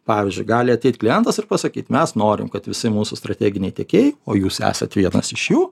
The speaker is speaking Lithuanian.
pavyzdžiui gali ateit klientas ir pasakyt mes norim kad visi mūsų strateginiai tiekėjai o jūs esat vienas iš jų